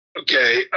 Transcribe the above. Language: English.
Okay